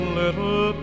little